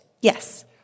Yes